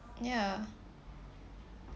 ya